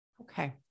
Okay